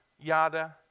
Yada